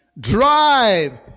Drive